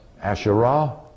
Asherah